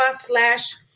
slash